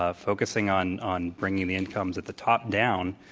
ah focusing on on bringing the incomes at the top down,